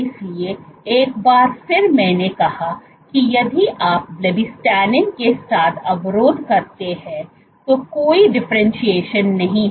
इसलिए एक बार फिर मैंने कहा कि यदि आप ब्लूबिस्टिन के साथ अवरोध करते हैं तो कोई डिफरेंटशिएशन नहीं है